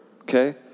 okay